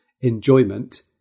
enjoyment